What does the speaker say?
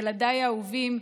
ילדיי האהובים,